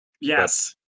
yes